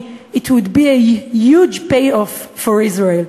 כי It would be a huge payoff for Israel,